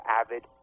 avid